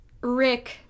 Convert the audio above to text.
Rick